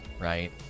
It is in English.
right